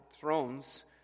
thrones